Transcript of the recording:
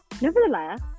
nevertheless